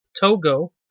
togo